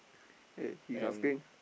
eh he's asking